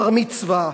בר-מצווה,